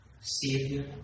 Savior